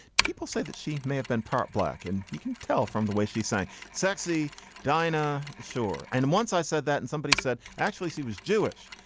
people say that she may have been part black. and you can tell from the way she sang sexy dinah shore. and and once i said that and somebody said actually, she was jewish,